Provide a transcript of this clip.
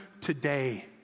today